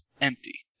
empty